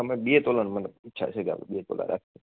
અમે બે તોલાનું મને ઈચ્છા છે કે આપડે બે તોલાનું રાખીએ